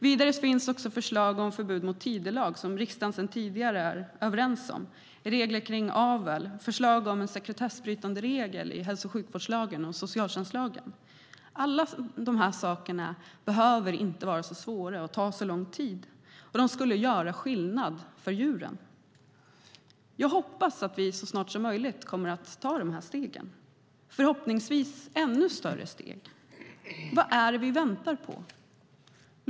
Vidare finns också förslag på förbud mot tidelag, som riksdagen sedan tidigare är överens om, regler kring avel och förslag på en sekretessbrytande regel i hälso och sjukvårdslagen och socialtjänstlagen. Alla de här sakerna behöver inte vara så svåra och ta så lång tid, och de skulle göra skillnad för djuren. Jag hoppas att vi så snart som möjligt kommer att ta de här stegen, och förhoppningsvis ännu större steg. Vad är det vi väntar på?